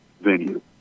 venue